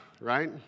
right